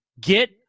Get